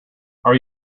are